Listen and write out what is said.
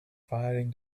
firing